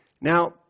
Now